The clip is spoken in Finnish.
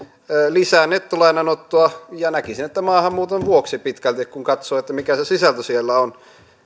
lisää nettolainanottoa ja näkisin että maahanmuuton vuoksi pitkälti kun katsoo mikä se sisältö siellä on